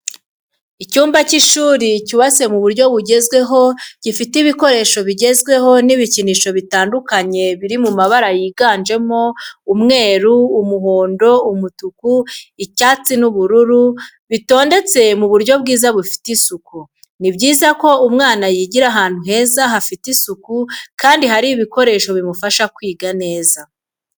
Icyumba cy'ishuri cyubatse mu buryo bugezweho gifite ibikoresho bigezweho n'ibikinisho bitandukanye biri mabara yiganjemo umweru, umuhondo, umutuku, icyatsi n'ubururu bitondetse mu buryo bwiza bufite isuku. Ni byiza ko umwana yigira ahantu heza hafite isuku kandi hari ibikoresho bimufasha kwiga neza.